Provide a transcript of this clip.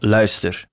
Luister